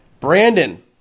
Brandon